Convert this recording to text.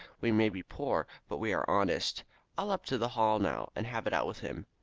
we may be poor, but we are honest. i'll up to the hall now, and have it out with him.